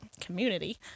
community